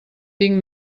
tinc